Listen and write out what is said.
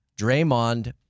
Draymond